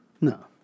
No